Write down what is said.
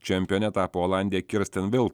čempione tapo olandė kirsten vil